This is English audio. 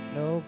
no